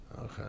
Okay